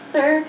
Sir